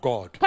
God